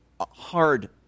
hard